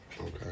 Okay